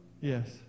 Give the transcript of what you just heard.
Yes